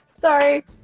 Sorry